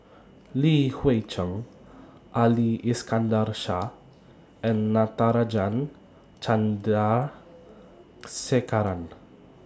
Li Hui Cheng Ali Iskandar Shah and Natarajan Chandrasekaran